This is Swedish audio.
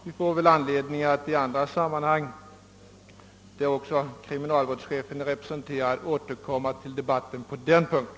Vi får emellertid anledning att i andra sammanhang — där också kriminalvårds chefen kan vara närvarande — återkomma till debatten på den punkten.